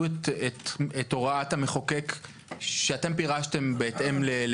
ונתעלם מהוראת החוק לכאורה וממה שהגעתם בבית המשפט?